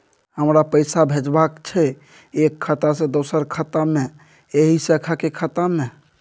हमरा पैसा भेजबाक छै एक खाता से दोसर खाता मे एहि शाखा के खाता मे?